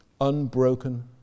Unbroken